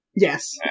Yes